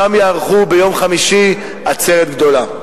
ושם יערכו ביום חמישי עצרת גדולה.